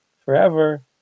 forever